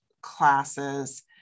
classes